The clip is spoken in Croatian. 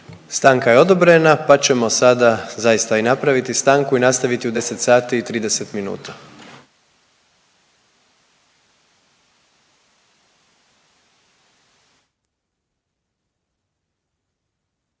Stanka je odobrena, pa ćemo sada zaista i napraviti stanku i nastaviti u 10 sati i 30 minuta.